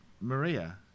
Maria